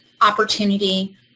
opportunity